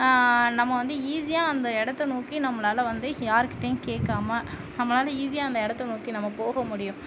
நம்ம வந்து ஈஸியாக அந்த இடத்த நோக்கி நம்மளால் வந்து யார் கிட்டேயும் கேட்காம நம்மளால் ஈஸியாக அந்த இடத்த நோக்கி நம்ம போக முடியும்